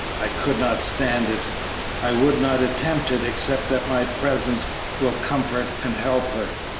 i could not stand it i would not attempt it, except that my presence will comfort and help her,